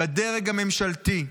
בדרג הממשלתי',